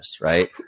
right